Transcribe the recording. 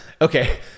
Okay